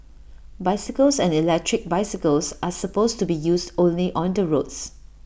bicycles and electric bicycles are supposed to be used only on the roads